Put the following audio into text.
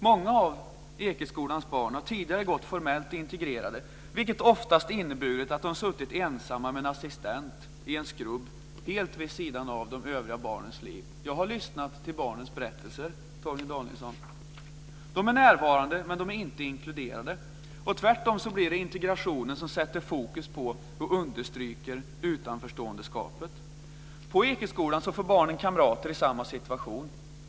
Många av Ekeskolans barn har tidigare gått formellt integrerade, vilket oftast inneburit att de suttit ensamma med en assistent i en skrubb helt vid sidan av de övriga barnens liv. Jag har lyssnat till barnens berättelser, Torgny Danielsson. De är närvarande, men de är inte inkluderade. Tvärtom blir det integrationen som sätter fokus på och understryker utanförskapet. På Ekeskolan får barnen kamrater i samma situation.